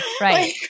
Right